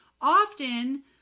often